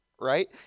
right